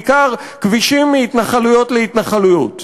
בעיקר כבישים מהתנחלויות להתנחלויות.